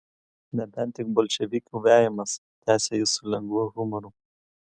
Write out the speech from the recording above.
nebent tik bolševikų vejamas tęsė jis su lengvu humoru